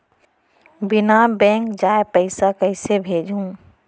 बिना बैंक जाये पइसा कइसे भेजहूँ?